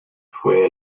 fue